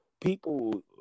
people